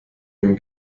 dem